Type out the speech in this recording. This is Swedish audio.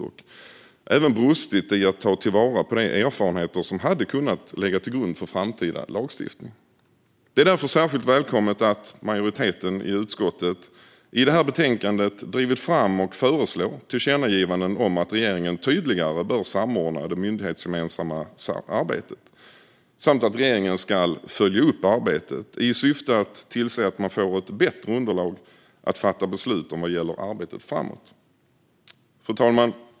Man har även brustit när det gäller att ta till vara de erfarenheter som hade kunnat ligga till grund för framtida lagstiftning. Det är därför särskilt välkommet att majoriteten i utskottet i det här betänkandet har drivit fram och föreslår tillkännagivanden om att regeringen tydligare bör samordna det myndighetsgemensamma arbetet samt att regeringen ska följa upp arbetet i syfte att tillse att man får ett bättre underlag för att fatta beslut om arbetet framåt. Fru talman!